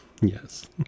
Yes